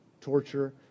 torture